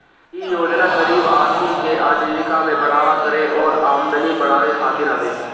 इ योजना गरीब आदमी के आजीविका में बढ़ावा करे अउरी आमदनी बढ़ावे खातिर हवे